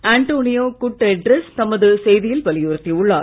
Antonio Guterres தமது செய்தியில் வலியுறுத்தியுள்ளார்